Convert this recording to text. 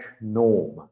norm